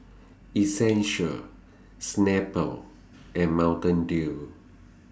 Essential Snapple and Mountain Dew